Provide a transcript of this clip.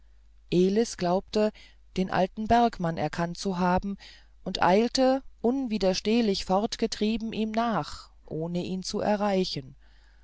elis glaubte den alten bergmann erkannt zu haben und eilte unwiderstehlich fortgetrieben ihm nach ohne ihn zu erreichen